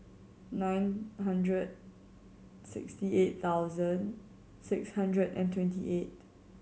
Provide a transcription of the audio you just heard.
nine hundred and sixty eight thousand six hundred and twenty eight